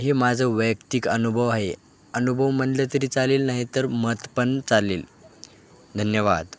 हे माझं वैयक्तिक अनुभव आहे अनुभव म्हणलं तरी चालेल नाही तर मत पण चालेल धन्यवाद